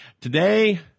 Today